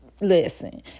listen